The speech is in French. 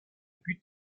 but